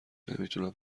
نمیتونم